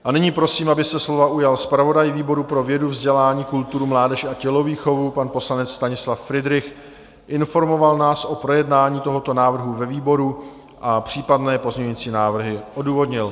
A nyní prosím, aby se slova ujal zpravodaj výboru pro vědu, vzdělání, kulturu, mládež a tělovýchovu, pan poslanec Stanislav Fridrich, informoval nás o projednání tohoto návrhu ve výboru a případné pozměňovací návrhy odůvodnil.